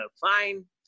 fine